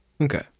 Okay